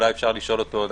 אולי אפשר לשאול אותו.